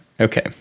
okay